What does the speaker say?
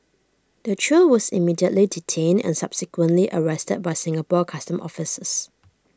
the trio was immediately detained and subsequently arrested by Singapore Customs officers